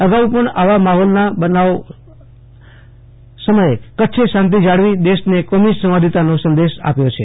અગાઉ પણ આવા મહત્વના બનાવો સમયે કચ્છે શાંતિ જાળવી દેશને કોમી સંવાદિતાનો સંદશ આપ્યો છે